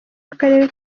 w’akarere